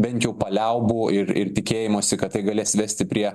bent jau paliaubų ir ir tikėjimosi kad tai galės vesti prie